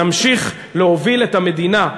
נמשיך להוביל את המדינה,